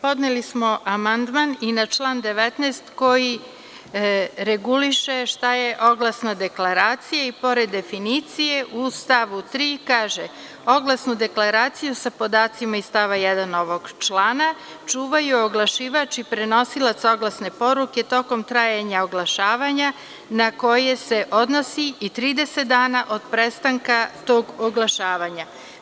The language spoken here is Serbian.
Podneli smo amandman i na član 19. koji reguliše šta je oglasna deklaracija i, pored definicije, u stavu 3. kaže – oglasnu deklaraciju, sa podacima iz stava 1. ovog člana, čuvaju oglašivač i prenosilac oglasne poruke tokom trajanja oglašavanja na koje se odnosi i 30 dana od prestanka tog oglašavanja.